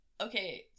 okay